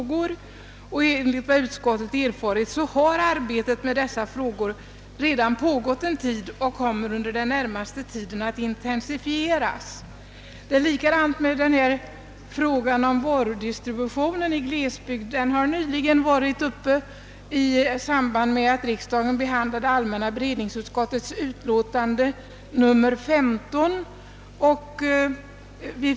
Vidare hette det: »Enligt vad utskottet erfarit har arbetet med dessa frågor sedan någon tid pågått och kommer under den närmaste tiden att intensifieras.» Frågan om varudistributionen i glesbygderna har också nyligen behandlats i samband med att riksdagen diskuterade allmänna beredningsutskottets utlåtande nr 15.